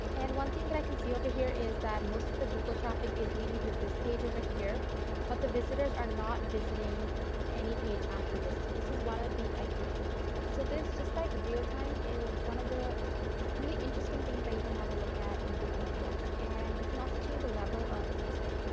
and one thing that i can see over here is that most of the google traffic is leaving through this page over here but the visitors are not visiting any page after this. this is one of the exit pages. so just like real time one of the really interesting things that you can have a look at in google analytics, and you can also change the level of detail.